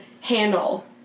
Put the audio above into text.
handle